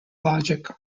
logic